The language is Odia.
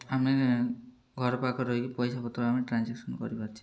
ଆମେ ଘର ପାଖରେ ରହିକି ପଇସାପତ୍ର ଆମେ ଟ୍ରାଞ୍ଜାକ୍ସନ୍ କରିପାରୁଛେ